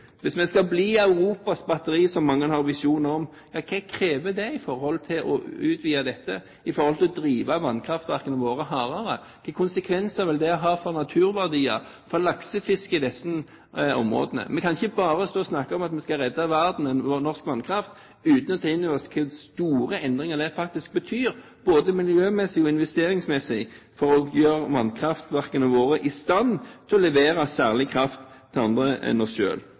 Hvis vi skal bli Europas batteri, som mange har visjoner om, hva vil det kreve med tanke på å utvide dette for å drive vannkraftverkene våre hardere? Hvilke konsekvenser vil det ha for naturverdier, f.eks. for laksefiske, i disse områdene? Vi kan ikke bare stå og snakke om at vi skal redde verden med norsk vannkraft, uten å ta inn over oss hvilke store endringer det faktisk betyr både miljømessig og investeringsmessig å gjøre vannkraftverkene våre i stand til å levere kraft til særlig andre enn oss